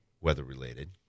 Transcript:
weather-related